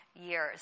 years